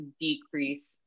decrease